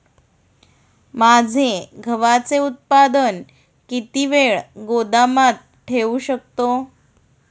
माझे गव्हाचे उत्पादन किती वेळ गोदामात ठेवू शकतो?